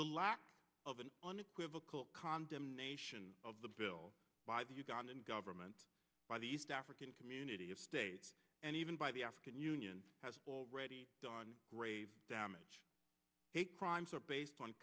the lack of an unequivocal condemnation of the bill by the ugandan government by the east african community of states and even by the african union has already done grave damage crimes are based on